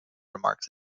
remarks